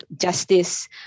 justice